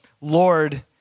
Lord